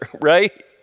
right